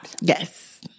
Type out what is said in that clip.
Yes